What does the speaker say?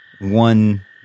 one